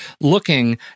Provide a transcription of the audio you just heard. looking